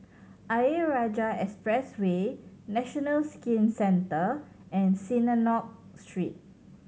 Ayer Rajah Expressway National Skin Centre and Synagogue Street